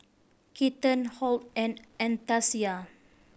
Keaton Hoyt and Anastacia